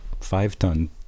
five-ton